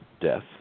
death